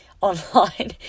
online